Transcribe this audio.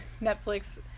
Netflix